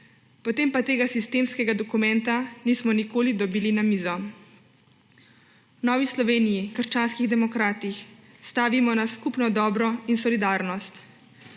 Potem pa tega sistemskega dokumenta nismo nikoli dobili na mizo. V Novi Sloveniji – krščanskih demokratih stavimo na skupno dobro in solidarnost.